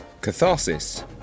Catharsis